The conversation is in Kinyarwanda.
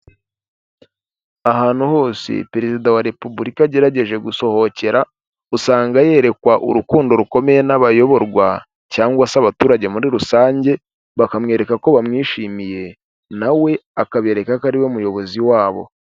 Ahantu hose perezida wa repubulika agerageje gusohokera, usanga yerekwa urukundo rukomeye n'abayoborwa cyangwa se abaturage muri rusange, bakamwereka ko bamwishimiye, na we akabereka ko ari we muyobozi wabo.